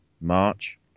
March